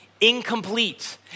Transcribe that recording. incomplete